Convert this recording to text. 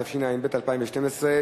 התשע"ב 2012,